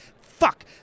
fuck